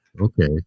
okay